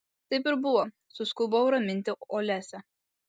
taip ir buvo suskubau raminti olesią